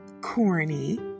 corny